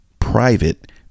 private